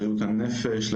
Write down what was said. בריאות הנפש,